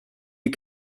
est